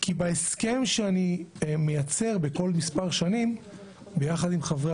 כי בהסכם שאני מייצר כל כמה שנים יחד עם חברי